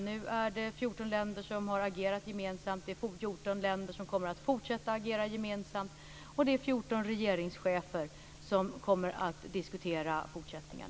Det är 14 länder som har agerat gemensamt, det är 14 länder som kommer att fortsätta agera gemensamt och det är 14 regeringschefer som kommer att diskutera fortsättningen.